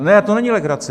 Ne, to není legrace.